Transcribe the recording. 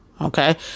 Okay